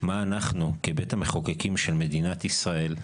מה אנחנו כבית המחוקקים של מדינת ישראל,